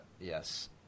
Yes